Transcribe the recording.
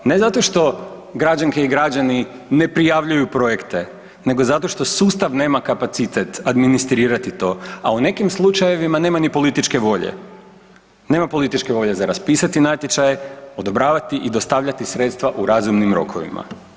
Ne zato što građanke i građani ne prijavljuju projekte nego zato što sustav nema kapacitet administrirati to, a u nekim slučajevima nema ni političke volje, nema političke volje za raspisati natječaj, odobravati i dostavljati sredstva u razumnim rokovima.